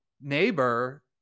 neighbor